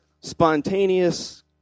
spontaneous